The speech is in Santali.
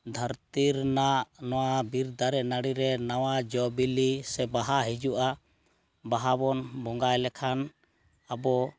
ᱫᱷᱟᱹᱨᱛᱤ ᱨᱮᱱᱟᱜ ᱱᱚᱣᱟ ᱵᱤᱨ ᱫᱟᱨᱮ ᱱᱟᱹᱲᱤᱨᱮ ᱱᱟᱣᱟ ᱡᱚ ᱵᱤᱞᱤ ᱥᱮ ᱵᱟᱦᱟ ᱦᱤᱡᱩᱜᱼᱟ ᱵᱟᱦᱟᱵᱚᱱ ᱵᱚᱸᱜᱟᱭ ᱞᱮᱠᱷᱟᱱ ᱟᱵᱚ